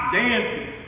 dancing